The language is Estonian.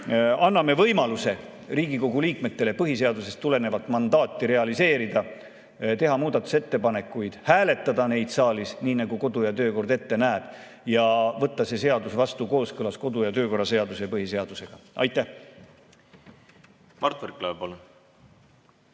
anname võimaluse Riigikogu liikmetele põhiseadusest tulenevat mandaati realiseerida, teha muudatusettepanekuid, hääletada neid saalis, nii nagu kodu- ja töökord ette näeb, ning võtta see seadus vastu kooskõlas kodu- ja töökorra seaduse ja põhiseadusega. Aitäh!